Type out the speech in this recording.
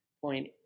point